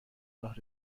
راه